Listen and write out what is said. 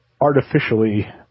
artificially